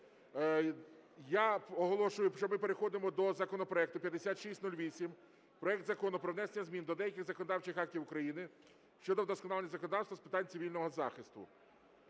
Я оголошую, що ми переходимо до законопроекту 5608: проект Закону про внесення змін до деяких законодавчих актів України щодо вдосконалення законодавства з питань цивільного захисту.